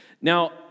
Now